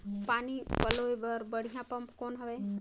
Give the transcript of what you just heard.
पानी पलोय बर बढ़िया पम्प कौन हवय?